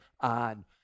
on